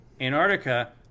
Antarctica